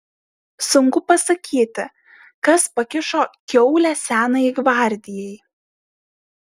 sunku pasakyti kas pakišo kiaulę senajai gvardijai